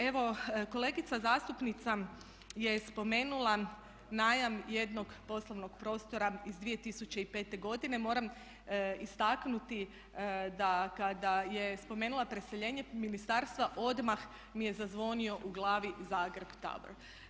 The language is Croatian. Evo kolegica zastupnica je spomenula najam jednog poslovnog prostora iz 2005. godine, moram istaknuti da kada je spomenula preseljenje ministarstva odmah mi je zazvonio u glavi Zagreb Tower.